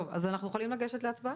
טוב, אז אנחנו יכולים לגשת להצבעה?